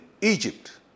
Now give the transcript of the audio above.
Egypt